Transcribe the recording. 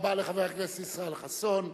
תודה רבה לחבר הכנסת ישראל חסון.